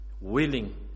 willing